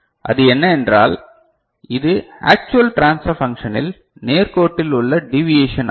அது என்ன என்றால் இது ஆக்சுவல் ட்ரான்ஸ்பர் பன்ச்ஷனில் நேர் கோட்டில் உள்ள டீவியேஷன் ஆகும்